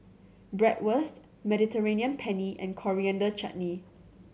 Bratwurst Mediterranean Penne and Coriander Chutney